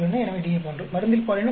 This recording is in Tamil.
எனவே DF 1 மருந்தில் பாலினம் 1